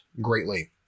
greatly